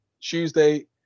Tuesday